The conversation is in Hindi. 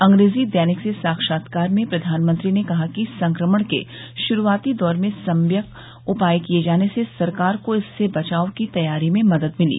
अंग्रेजी दैनिक से साक्षात्कार में प्रधानमंत्री ने कहा कि संक्रमण के श्रूआती दौर में सम्यक उपाय किए जाने से सरकार को इससे बचाव की तैयारी में मदद मिली